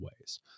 ways